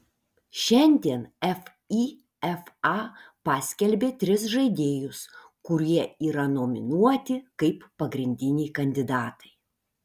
šiandien fifa paskelbė tris žaidėjus kurie yra nominuoti kaip pagrindiniai kandidatai